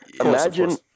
Imagine